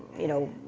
you know,